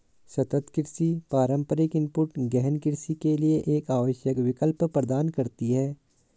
सतत कृषि पारंपरिक इनपुट गहन कृषि के लिए एक आवश्यक विकल्प प्रदान करती है